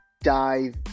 dive